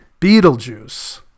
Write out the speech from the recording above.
Beetlejuice